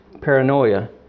paranoia